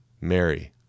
Mary